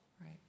Right